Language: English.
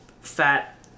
Fat